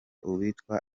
uwitwa